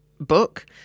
book